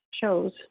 shows